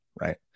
right